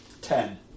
Ten